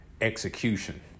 execution